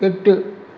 எட்டு